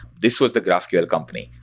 this was the graphql company.